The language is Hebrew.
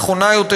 נכונה יותר,